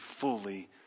fully